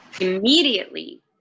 immediately